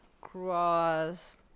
cross